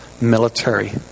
military